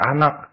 Anak